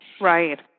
Right